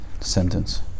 sentence